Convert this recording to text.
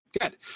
good